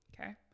Okay